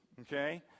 okay